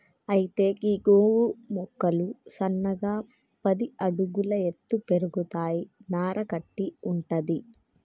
అయితే గీ గోగు మొక్కలు సన్నగా పది అడుగుల ఎత్తు పెరుగుతాయి నార కట్టి వుంటది